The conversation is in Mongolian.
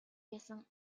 байсан